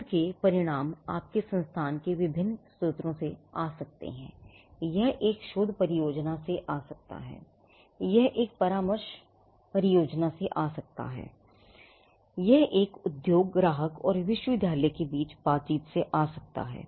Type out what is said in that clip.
शोध के परिणाम आपके संस्थान के भीतर विभिन्न स्रोतों से आ सकते हैं यह एक शोध परियोजना से आ सकता है यह एक परामर्श परियोजना से आ सकता है यह एक उद्योग ग्राहक और विश्वविद्यालय के बीच बातचीत से आ सकता है